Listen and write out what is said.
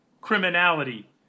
criminality